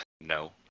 No